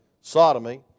sodomy